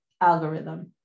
algorithm